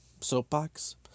soapbox